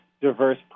diverse